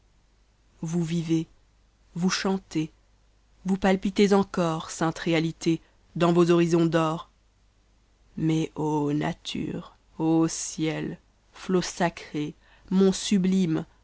vous vivez vous chantez vous palpitez encor saintes réalités dans vos horizons d'or mais ô nature ô ciel ots sacrés monts sublimes